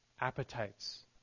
appetites